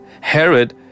Herod